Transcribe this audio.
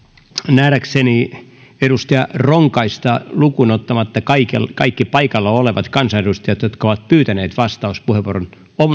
nähdäkseni edustaja ronkaista lukuun ottamatta kaikki paikalla olevat kansanedustajat jotka ovat pyytäneet vastauspuheenvuoron